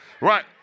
Right